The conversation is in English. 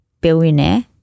billionaire